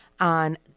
on